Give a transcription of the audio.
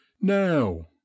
now